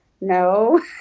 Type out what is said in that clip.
no